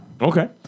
Okay